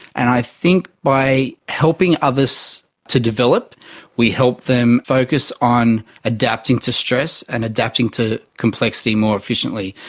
and i think by helping others to develop we help them focus on adapting to stress and adapting to complexity more efficiently.